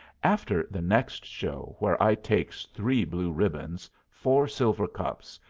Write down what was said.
after the next show, where i takes three blue ribbons, four silver cups,